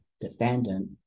defendant